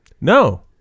No